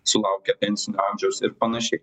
sulaukę pensinio amžiaus ir panašiai